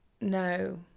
no